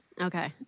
Okay